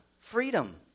freedom